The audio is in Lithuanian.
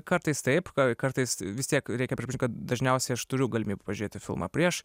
kartais taip ka kartais vis tiek reikia pripažint kad dažniausiai aš turiu galimybę pažiūrėti filmą prieš